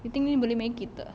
you think ni boleh make it tak